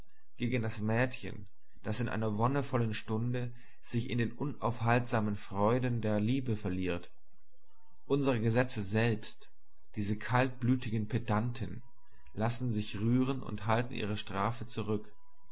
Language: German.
gegen das mädchen das in einer wonnevollen stunde sich in den unaufhaltsamen freuden der liebe verliert unsere gesetze selbst diese kaltblütigen pedanten lassen sich rühren und halten ihre strafe zurück